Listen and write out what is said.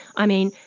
i mean,